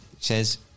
says